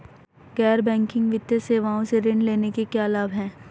गैर बैंकिंग वित्तीय सेवाओं से ऋण लेने के क्या लाभ हैं?